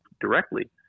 directly